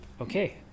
Okay